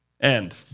End